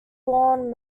lawn